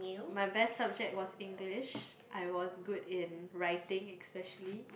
my best subject was English I was good in writing especially